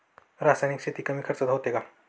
रासायनिक शेती कमी खर्चात होते का?